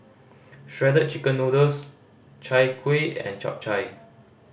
Shredded Chicken Noodles Chai Kuih and Chap Chai